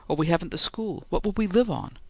or we haven't the school what would we live on?